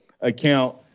account –